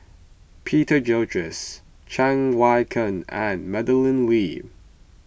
Peter Gilchrist Cheng Wai Keung and Madeleine Lee